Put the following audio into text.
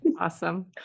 Awesome